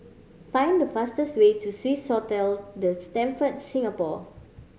find the fastest way to Swissotel The Stamford Singapore